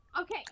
Okay